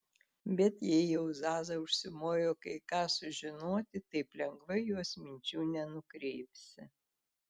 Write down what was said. bet jei jau zaza užsimojo kai ką sužinoti taip lengvai jos minčių nenukreipsi